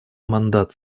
мандат